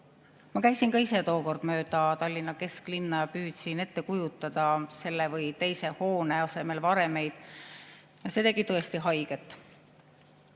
Ma käisin ka ise tookord mööda Tallinna kesklinna ja püüdsin ette kujutada selle või teise hoone asemel varemeid. Ja see tegi tõesti haiget.